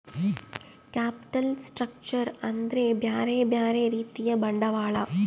capital structure ಅಂದ್ರ ಬ್ಯೆರೆ ಬ್ಯೆರೆ ರೀತಿಯ ಬಂಡವಾಳ